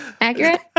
accurate